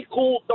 cool